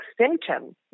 symptoms